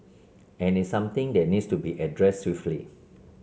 and it's something that needs to be addressed swiftly